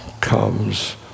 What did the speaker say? comes